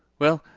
well,